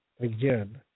again